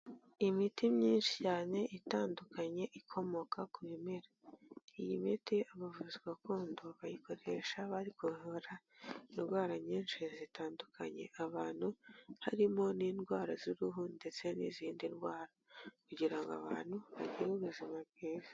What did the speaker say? Imiti myinshi cyane itandukanye ikomoka ku bimera, iyi miti abavuzi gakondo bayikoresha bari kuvura indwara nyinshi zitandukanye abantu, harimo n'indwara z'uruhu ndetse n'izindi ndwara kugira ngo abantu bagire ubuzima bwiza.